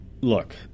look